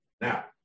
Now